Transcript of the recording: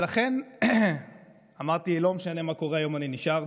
לכן אמרתי שלא משנה מה קורה, היום אני נשאר,